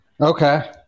Okay